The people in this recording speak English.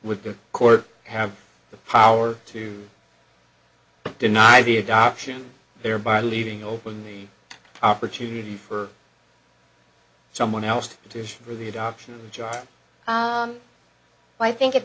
with the court have the power to deny the adoption thereby leaving open the opportunity for someone else to petition for the adoption judge but i think at